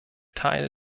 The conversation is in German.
teile